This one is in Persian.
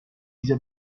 ویژه